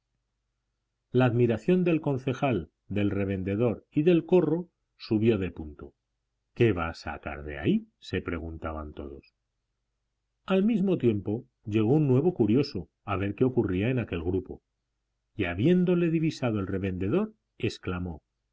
la admiración del concejal del revendedor y del corro subió de punto qué va a sacar de ahí se preguntaban todos al mismo tiempo llegó un nuevo curioso a ver qué ocurría en aquel grupo y habiéndole divisado el revendedor exclamó